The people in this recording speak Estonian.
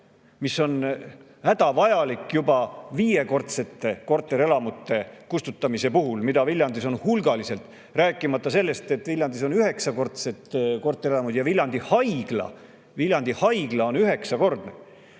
mis on hädavajalik juba viiekordsete korterelamute kustutamise puhul, mida Viljandis on hulgaliselt. Rääkimata sellest, et Viljandis on üheksakordsed korterelamud ja Viljandi Haigla. Viljandi Haigla on üheksakordne.